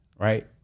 right